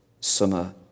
summer